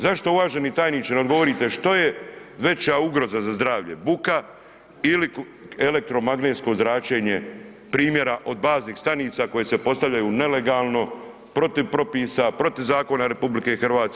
Zašto uvaženi tajniče ne odgovorite što je veća ugroza za zdravlje buka ili elektromagnetsko zračenje primjera od baznih stanica koje se postavljaju nelegalno, protiv propisa, protiv zakona RH?